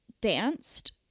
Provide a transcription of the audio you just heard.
danced